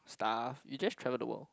stuff you just travel the world